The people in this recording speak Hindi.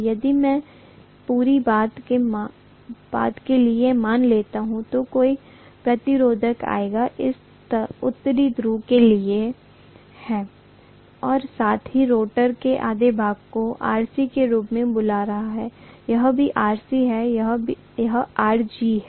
यदि मैं इस पूरी बात के लिए मान लेता हूं तो कई प्रतिरोध आएंगे यह उत्तरी ध्रुव के लिए है और साथ ही रोटर के आधे भाग को Rc के रूप में बुला रहा है यह भी Rc है यह Rg है